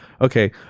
Okay